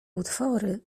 utwory